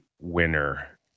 winner